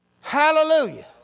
Hallelujah